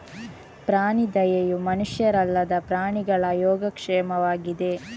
ಪ್ರಾಣಿ ದಯೆಯು ಮನುಷ್ಯರಲ್ಲದ ಪ್ರಾಣಿಗಳ ಯೋಗಕ್ಷೇಮವಾಗಿದೆ